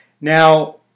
Now